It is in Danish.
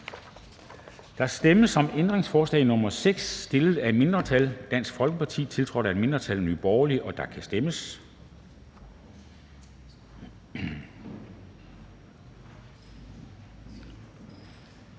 Der stemmes om ændringsforslag nr. 6, stillet af et mindretal (DF) og tiltrådt af et mindretal (NB), og der kan stemmes.